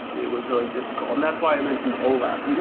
it was really difficult, and that's why i mentioned olap